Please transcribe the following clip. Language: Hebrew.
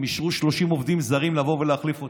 הם אישרו 30 עובדים זרים לבוא ולהחליף אותם.